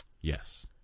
Yes